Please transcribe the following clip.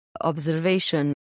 observation